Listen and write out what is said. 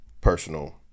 personal